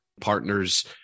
partner's